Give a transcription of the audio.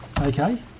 okay